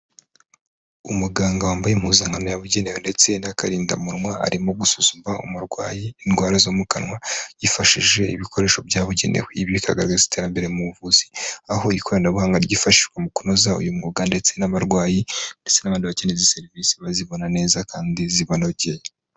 Umuganga wambaye impuzankano yabugenewe ndetse n'akarindamunwa arimo gusuzuma umurwayi indwara zo mu kanwa yifashishije ibikoresho byabugenewe, ibi bikagagaragaza iterambere mu buvuzi aho ikoranabuhanga ryifashishwa mu kunoza uyu mwuga ndetse n'abarwayi ndetse n'abandi bakeneye izi serivisi bazibona neza kandi zibanogeye.